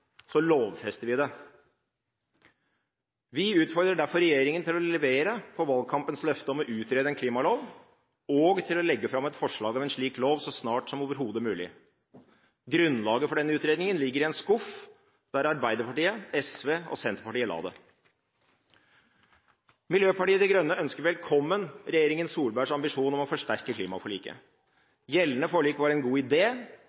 så snart som overhodet mulig. Grunnlaget for denne utredningen ligger i en skuff der Arbeiderpartiet, SV og Senterpartiet la det. Miljøpartiet De Grønne ønsker velkommen regjeringen Solbergs ambisjon om å forsterke klimaforliket. Gjeldende forlik var en god